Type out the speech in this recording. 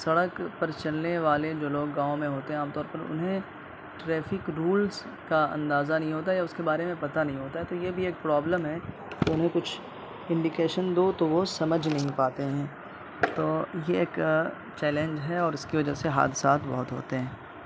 سڑک پر چلنے والے جو لوگ گاؤں میں ہوتے ہیں عام طور پر انہیں ٹریفک رولز کا اندازہ نہیں ہوتا ہے یا اس کے بارے میں پتا نہیں ہوتا ہے تو یہ بھی ایک پرابلم ہے انہیں کچھ انڈیکیشن دو تو وہ سمجھ نہیں پاتے ہیں تو یہ ایک چیلنج ہے اور اس کی وجہ سے حادثات بہت ہوتے ہیں